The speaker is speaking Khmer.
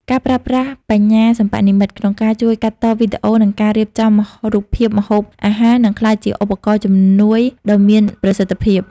ការប្រើប្រាស់បញ្ញាសិប្បនិម្មិត ក្នុងការជួយកាត់តវីដេអូ និងការរៀបចំរូបភាពម្ហូបអាហារ នឹងក្លាយជាឧបករណ៍ជំនួយដ៏មានប្រសិទ្ធភាព។